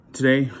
Today